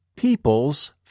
People's